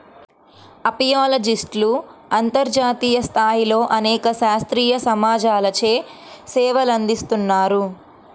అపియాలజిస్ట్లు అంతర్జాతీయ స్థాయిలో అనేక శాస్త్రీయ సమాజాలచే సేవలందిస్తున్నారు